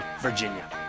Virginia